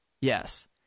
yes